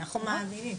אנחנו מעבירים.